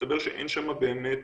מסתבר שאין שם באמת